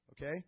Okay